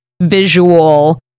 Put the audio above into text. visual